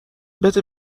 بده